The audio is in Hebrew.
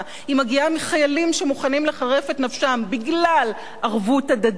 היא מגיעה מחיילים שמוכנים לחרף את נפשם בגלל ערבות הדדית,